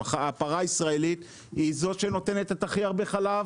הפרה הישראלית היא זאת שנותנת את הכי הרבה חלב